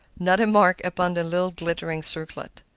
not a mark upon the little glittering circlet.